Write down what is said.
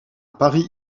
paris